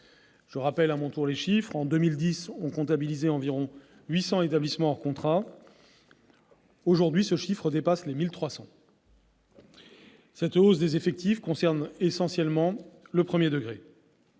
le rappelle à mon tour, on comptabilisait environ 800 établissements hors contrat ; aujourd'hui, ce chiffre dépasse les 1 300. Cette hausse des effectifs concerne essentiellement le premier degré.